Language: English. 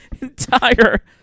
entire